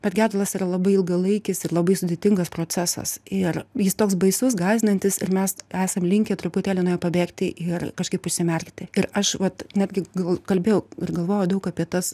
bet gedulas yra labai ilgalaikis ir labai sudėtingas procesas ir jis toks baisus gąsdinantis ir mes esam linkę truputėlį nuo jo pabėgti ir kažkaip užsimerkti ir aš vat netgi gal kalbėjau ir galvojau daug apie tas